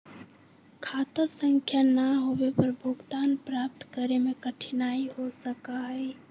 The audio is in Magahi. खाता संख्या ना होवे पर भुगतान प्राप्त करे में कठिनाई हो सका हई